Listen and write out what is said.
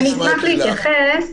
אני אשמח להתייחס.